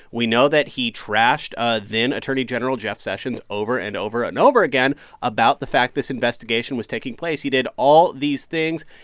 we know that he trashed ah then-attorney general jeff sessions over and over and over again about the fact this investigation was taking place. he did all these things.